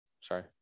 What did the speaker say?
Sorry